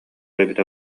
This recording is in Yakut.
эбитэ